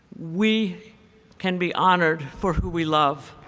we can be honored for who we love.